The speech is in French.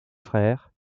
frères